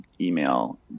email